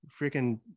freaking